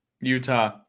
Utah